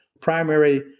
primary